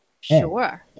Sure